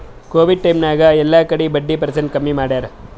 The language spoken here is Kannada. ಕೋವಿಡ್ ಟೈಮ್ ನಾಗ್ ಎಲ್ಲಾ ಕಡಿ ಬಡ್ಡಿ ಪರ್ಸೆಂಟ್ ಕಮ್ಮಿ ಮಾಡ್ಯಾರ್